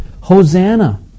Hosanna